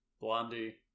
Blondie